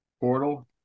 portal